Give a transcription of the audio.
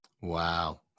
Wow